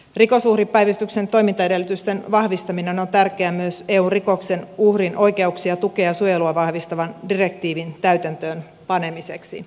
rikosuhripäivystyksen toimintaedellytysten vahvistaminen on tärkeää myös eun rikoksen uhrin oikeuksia tukea ja suojelua vahvistavan direktiivin täytäntöön panemiseksi